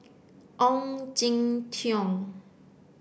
Ong Jin Teong